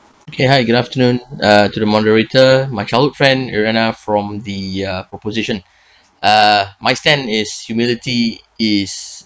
okay hi good afternoon uh to the moderator my childhood friend ariana from the uh opposition uh my stand is humility is